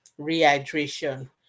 rehydration